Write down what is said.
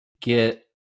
get